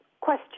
question